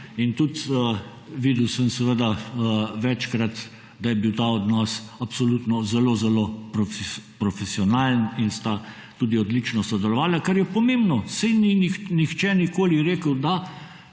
in tudi, videl sem, seveda, večkrat, da je bil ta odnos absolutno zelo, zelo profesionalen in sta tudi odlično sodelovala, kar je pomembno. Saj ni nihče nikoli rekel, da